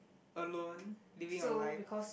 alone living your life